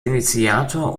initiator